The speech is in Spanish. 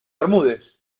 bermúdez